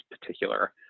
particular